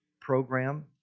program